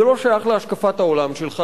זה לא שייך להשקפת העולם שלך.